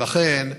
ולכן,